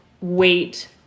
wait